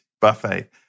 buffet